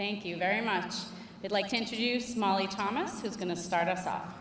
thank you very much like to introduce molly thomas is going to start u